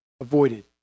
avoided